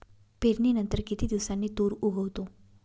पेरणीनंतर किती दिवसांनी तूर उगवतो?